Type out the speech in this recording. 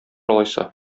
алайса